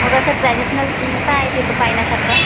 मग असं ट्रॅडिशनल काय आहे तिकडं पाहण्यासारखं